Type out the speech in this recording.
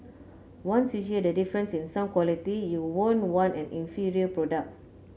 once you hear the difference in sound quality you won't want an inferior product